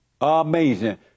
Amazing